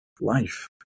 life